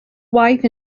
wife